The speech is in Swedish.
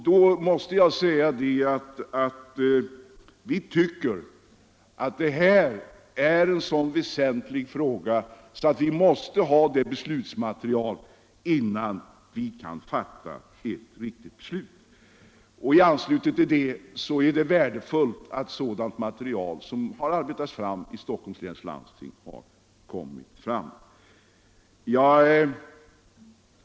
Då vill jag säga att vi tycker att detta är en så väsentlig fråga att vi måste ha beslutsmaterial innan vi kan fatta ett helt riktigt beslut. Det är då värdefullt att ha det material som Stockholms läns landsting har arbetat fram.